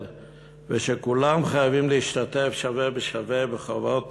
ושכולם חייבים להשתתף שווה בשווה בחובות